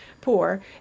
poor